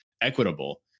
equitable